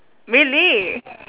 really